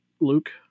Luke